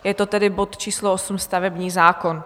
Je to tedy bod číslo 8, stavební zákon.